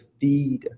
feed